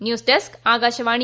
news desk Akashvani